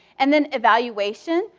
and then evaluation,